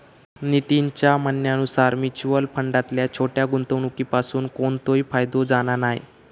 नितीनच्या म्हणण्यानुसार मुच्युअल फंडातल्या छोट्या गुंवणुकीपासून कोणतोय फायदो जाणा नाय